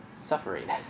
suffering